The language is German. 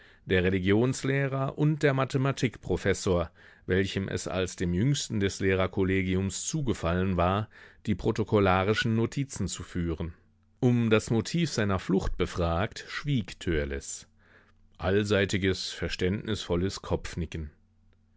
der religionslehrer und der mathematikprofessor welchem es als dem jüngsten des lehrerkollegiums zugefallen war die protokollarischen notizen zu führen um das motiv seiner flucht befragt schwieg törleß allseitiges verständnisvolles kopfnicken